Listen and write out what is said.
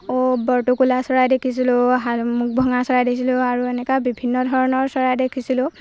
অ' বৰটোকোলা চৰাই দেখিছিলোঁ হাড় মুখভঙা চৰাই দেখিছিলোঁ আৰু এনেকুৱা বিভিন্ন ধৰণৰ চৰাই দেখিছিলোঁ